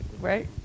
right